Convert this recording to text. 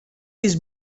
his